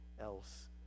else